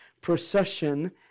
procession